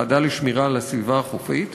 הוועדה לשמירה על הסביבה החופית,